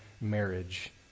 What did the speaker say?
marriage